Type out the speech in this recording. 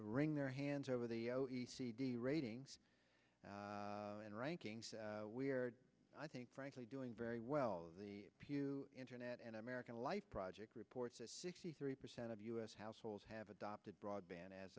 wring their hands over the o e c d ratings and rankings we are i think frankly doing very well the pew internet and american life project reports that sixty three percent of u s households have adopted broadband as